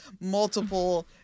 multiple